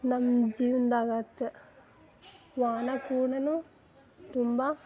ನಮ್ದು ಜೀವನ್ದಾಗ ಆಯ್ತ್ ವಾಹನ ಕೂಡಾ ತುಂಬ